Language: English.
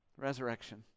resurrection